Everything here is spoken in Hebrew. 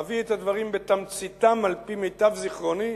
אביא את הדברים בתמציתם על-פי מיטב זיכרוני.